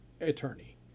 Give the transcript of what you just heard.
attorney